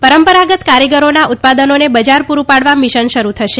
રં રાગત કારીગરોના ઉત ાદનોને બજાર પૂરૂં ાડવા મિશન શરૂ થશે